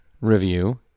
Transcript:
review